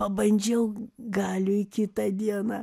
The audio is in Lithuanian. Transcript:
pabandžiau galiui kitą dieną